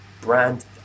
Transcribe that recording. brand